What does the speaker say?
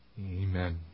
Amen